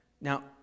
Now